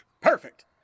Perfect